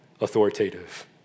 authoritative